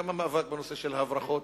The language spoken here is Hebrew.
גם המאבק בנושא של הברחות.